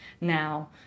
now